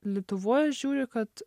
lietuvoj žiūriu kad